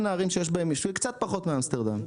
קצת פחות מאמסטרדם,